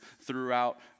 throughout